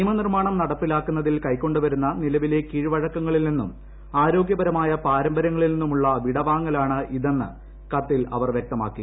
നിയമനിർമാണം നടപ്പിലാക്കുന്നതിൽ കൈക്കൊണ്ടുവരുന്ന നിലവിലുളള കീഴ്വഴക്കങ്ങളിൽനിന്നും ആരോഗൃപരമായ പാരമ്പരൃങ്ങളിൽ നിന്നുമുളള വിടവാങ്ങലാണ് ഇത് എന്ന് കത്തിൽ അവർ വ്യക്തമാക്കി